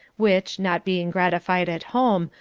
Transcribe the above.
which, not being gratified at home,